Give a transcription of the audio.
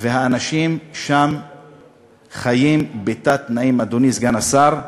והאנשים שם חיים בתת-תנאים, אדוני סגן השר.